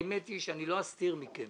האמת היא, שאני לא אסתיר מכם